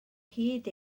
hyd